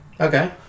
Okay